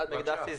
אלעד מקדסי,